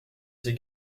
ses